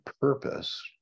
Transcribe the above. purpose